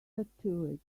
tattooed